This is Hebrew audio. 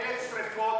1,000 שרפות,